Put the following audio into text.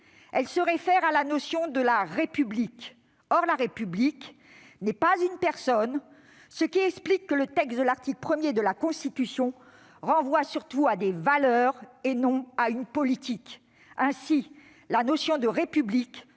Elle renvoie à la notion de « République ». Or la République n'est pas une personne, ce qui explique que l'article 1 de la Constitution renvoie surtout à des valeurs et non à une politique. Ainsi la notion de « République